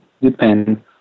depend